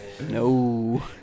No